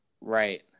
Right